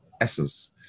essence